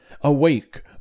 Awake